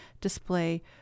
display